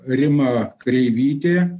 rima kreivytė